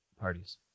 parties